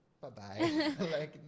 Bye-bye